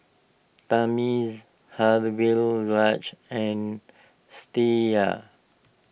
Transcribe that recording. Thamizhavel Raja and